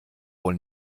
wohl